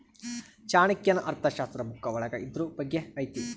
ಚಾಣಕ್ಯನ ಅರ್ಥಶಾಸ್ತ್ರ ಬುಕ್ಕ ಒಳಗ ಇದ್ರೂ ಬಗ್ಗೆ ಐತಿ